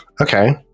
okay